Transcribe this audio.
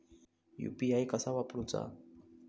UPI कसा वापरूचा?